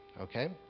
Okay